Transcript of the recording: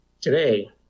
Today